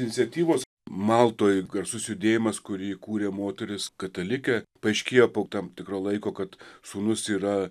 iniciatyvos maltoj garsus judėjimas kurį kūrė moteris katalikė paaiškėjo po tam tikro laiko kad sūnus yra